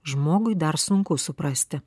žmogui dar sunku suprasti